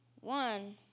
One